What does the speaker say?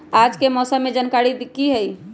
आज के मौसम के जानकारी कि हई?